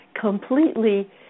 completely